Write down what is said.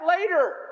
later